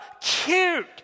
cute